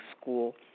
school